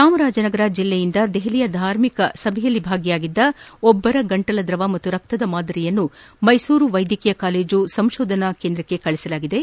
ಚಾಮರಾಜನಗರ ಜಿಲ್ಲೆಯಿಂದ ದೆಹಲಿಯ ಧಾರ್ಮಿಕ ಸಭೆಯಲ್ಲಿ ಭಾಗಿಯಾಗಿದ್ದ ಒಬ್ಬರ ಗಂಟಲ ದ್ರವ ಹಾಗೂ ರಕ್ತದ ಮಾದರಿಯನ್ನು ಮೈಸೂರು ವೈದ್ಯಕೀಯ ಕಾಲೇಜು ಸಂಶೋಧನಾ ಕೇಂದ್ರಕ್ಕೆ ಕಳುಹಿಸಲಾಗಿದ್ದು